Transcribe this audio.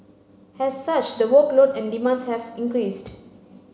as such the workload and demands have increased